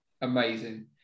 amazing